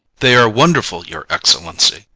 they are wonderful, your excellency.